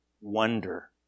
wonder